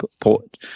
port